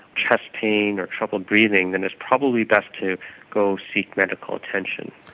chest pain or troubled breathing, then it's probably best to go seek medical attention.